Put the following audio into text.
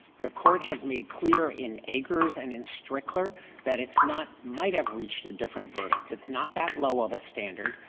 the court has made clear in agurs and in strickler that it's not might have reached a different verdict it's not that low of a standard.